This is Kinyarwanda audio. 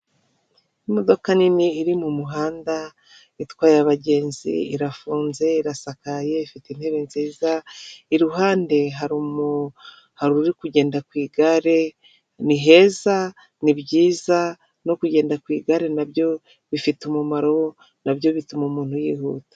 Imodoka nini iri mu muhanda itwaye abagenzi irafunze, irasakaye, ifite intebe nziza iruhande hari umugabo uri kugenda ku igare niheza nibyiza no kugenda ku igare na byo bifite umumaro nabyo bituma umuntu yihuta.